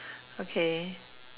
okay